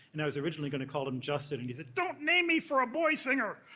and i was originally going to call him justin and he said, don't name me for a boy singer.